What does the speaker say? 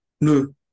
No